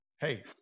hey